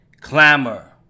clamor